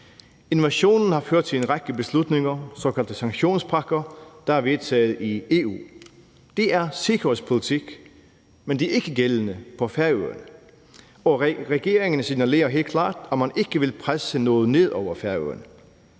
Invasionen har ført til en række beslutninger, de såkaldte sanktionspakker, der er vedtaget i EU. Det er sikkerhedspolitik, men det er ikke gældende for Færøerne, og regeringen signalerer helt klart, at man ikke vil presse noget ned over Færøerne.